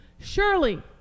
Surely